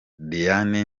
diane